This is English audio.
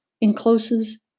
encloses